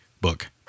book